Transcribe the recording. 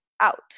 out